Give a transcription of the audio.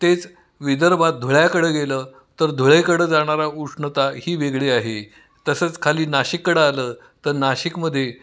तेच विदर्भात धुळ्याकडं गेलं तर धुळेकडं जाणारा उष्णता ही वेगळी आहे तसंच खाली नाशिककडं आलं तर नाशिकमध्ये